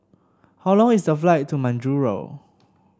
how long is the flight to Majuro